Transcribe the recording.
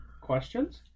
questions